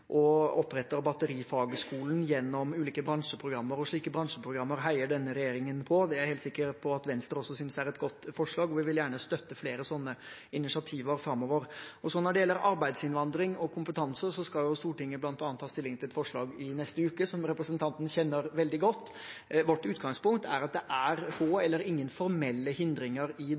og oppretter en batterifagskole, gjennom ulike bransjeprogrammer. Slike bransjeprogrammer heier denne regjeringen på. Jeg er helt sikker på at Venstre også synes det er et godt forslag, og vi vil gjerne støtte flere sånne initiativer framover. Når det gjelder arbeidsinnvandring og kompetanse, skal Stortinget i neste uke ta stilling til et forslag som representanten kjenner veldig godt. Vårt utgangspunkt er at det er få eller ingen formelle hindringer i dag. Men det